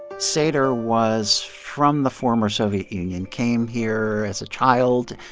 sater was from the former soviet union, came here as a child,